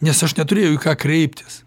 nes aš neturėjau į ką kreiptis